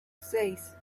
seis